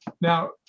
Now